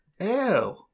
Ew